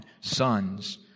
sons